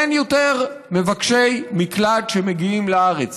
אין יותר מבקשי מקלט שמגיעים לארץ.